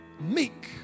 meek